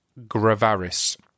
gravaris